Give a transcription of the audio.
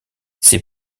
c’est